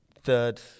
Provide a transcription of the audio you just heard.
third